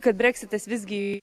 kad breksitas visgi